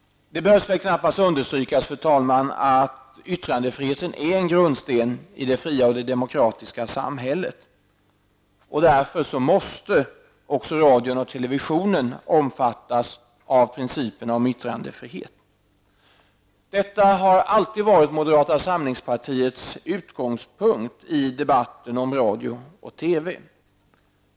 Det behöver knappast understrykas, fru talman, att yttrandefriheten är en grundsten i det fria och demokratiska samhället. Därför måste också radion och televisionen omfattas av principen om yttrandefrihet. Detta har alltid varit moderata samlingspartiets utgångspunkt i debatten om radio och TV.